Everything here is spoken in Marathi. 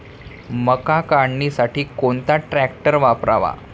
मका काढणीसाठी कोणता ट्रॅक्टर वापरावा?